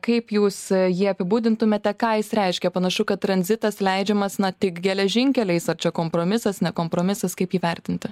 kaip jūs jį apibūdintumėte ką jis reiškia panašu kad tranzitas leidžiamas na tik geležinkeliais ar čia kompromisas ne kompromisas kaip jį vertinti